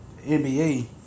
NBA